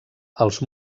els